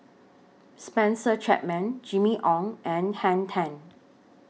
Spencer Chapman Jimmy Ong and Henn Tan